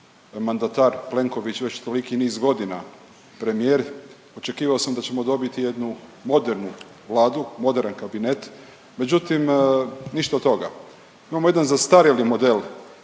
mandatar Plenković već toliki niz godina premijer, očekivao sam da ćemo dobiti jednu modernu Vladu, moderan kabinet, međutim ništa od toga. Imamo jedan zastarjeli model